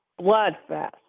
Bloodfest